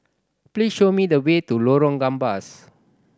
please show me the way to Lorong Gambas